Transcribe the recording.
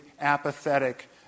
apathetic